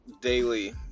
daily